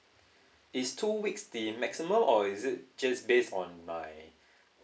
is two weeks the maximal or is it just based on my